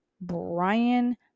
Brian